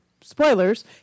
Spoilers